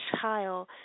Child